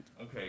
Okay